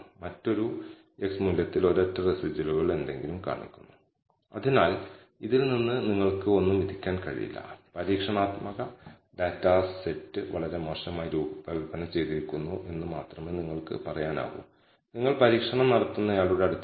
അതിനാൽ ഈ രണ്ട് മോഡലുകൾക്കിടയിൽ റെഡ്യൂസ്ഡ് മോഡൽ സ്വീകാര്യമാണോ അതോ പൂർണ്ണമായ മോഡൽ സ്വീകരിക്കണോ എന്ന് തിരഞ്ഞെടുക്കാൻ നമ്മൾ ആഗ്രഹിക്കുന്നു റെഡ്യൂസ്ഡ് മോഡൽ നിരസിക്കപ്പെടണം ഈ സിദ്ധാന്തം β1 0 വേഴ്സസ് β1 ≠ 0 പരിശോധിക്കുമ്പോൾ നമ്മൾ ചെയ്യുന്നത് അതാണ്